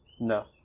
No